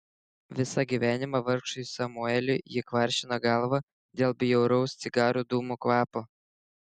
visą gyvenimą vargšui samueliui ji kvaršino galvą dėl bjauraus cigarų dūmų kvapo